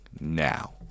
now